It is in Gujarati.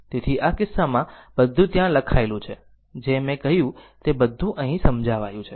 તેથી આ કિસ્સામાં બધું ત્યાં લખાયેલું છે જે મેં કહ્યું તે બધું અહીં સમજાવાયું છે